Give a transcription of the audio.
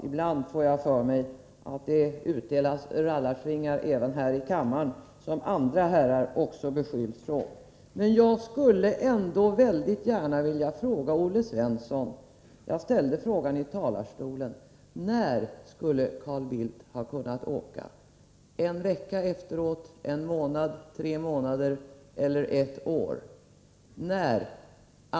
Ibland får jag för mig att det utdelas sådana rallarsvingar även här i kammaren som andra herrar just har beskyllts för. Men jag skulle ändå mycket gärna vilja fråga Olle Svensson — och det är en fråga som jag redan ställt från talarstolen: När skulle Carl Bildt ha kunnat åka? En vecka efteråt, en månad, tre månader eller ett år efteråt?